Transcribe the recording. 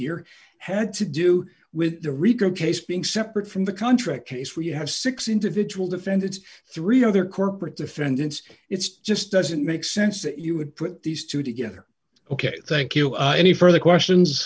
here had to do with the recruit case being separate from the contra case where you have six individual defendants three other corporate defendants it's just doesn't make sense that you would put these two together ok thank you any further questions